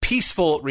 peaceful